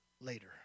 later